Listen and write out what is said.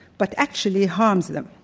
but actually harms them.